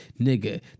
nigga